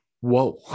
whoa